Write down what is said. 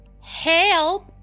help